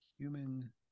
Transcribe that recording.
Human